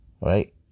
right